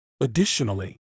Additionally